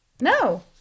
no